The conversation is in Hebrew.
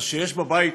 אז כשיש בבית